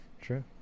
true